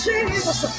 Jesus